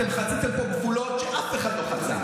אתם חציתם פה גבולות שאף אחד לא חצה.